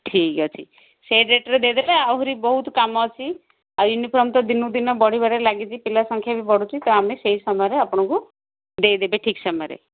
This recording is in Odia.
ଠିକ୍ ଅଛି ସେଇ ରେଟ୍ରେ ଦେଇଦେବେ ଆହୁରି ବହୁତ କାମ ଅଛି ଆଉ ୟୁନିଫର୍ମ ତ ଦିନକୁ ଦିନ ବଢ଼ିବାରେ ଲାଗିଛି ପିଲାସଂଖ୍ୟା ବି ବଢ଼ୁଛି ଆମେ ସେଇ ସମୟରେ ଆପଣଙ୍କୁ ଦେଇଦେବେ ଠିକ୍ ସମୟରେ